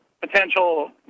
potential